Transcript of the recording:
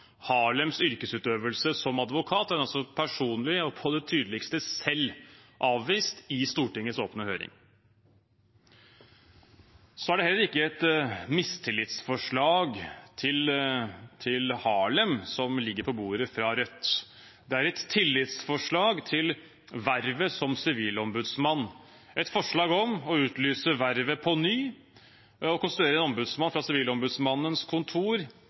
Harlems yrkesutøvelse som advokat. Det har hun personlig og på det tydeligste selv avvist i Stortingets åpne høring. Det er ikke et mistillitsforslag til Harlem fra Rødt som ligger på bordet. Det er et tillitsforslag til vervet som sivilombudsmann – et forslag om å utlyse vervet på nytt og å konstituere en ombudsmann fra Sivilombudsmannens kontor